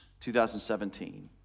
2017